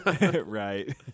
right